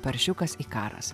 paršiukas ikaras